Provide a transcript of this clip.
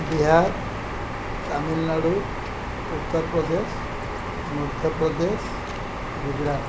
Bihar Tamil Nadu Uttar Pradesh Madhya Pradesh Gujarat